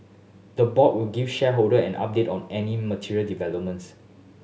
the board will give shareholder an update on any material developments